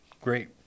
great